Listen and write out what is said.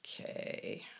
Okay